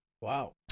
wow